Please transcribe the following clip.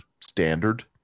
standard